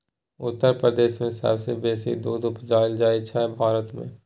उत्तर प्रदेश मे सबसँ बेसी दुध उपजाएल जाइ छै भारत मे